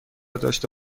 داشته